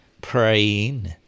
praying